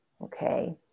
Okay